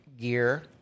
gear